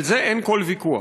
על זה אין כל ויכוח.